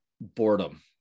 boredom